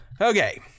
Okay